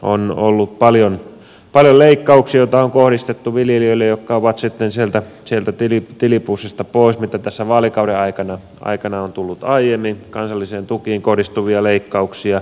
on ollut paljon leikkauksia joita on kohdistettu viljelijöille ja jotka ovat sitten sieltä tilipussista pois mitä tässä vaalikauden aikana on tullut aiemmin kansallisiin tukiin kohdistuvia leikkauksia